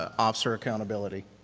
ah officer accountability.